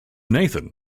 nathan